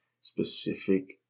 specific